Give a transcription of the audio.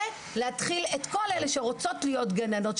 ולכל אלה שרוצות להיות גננות,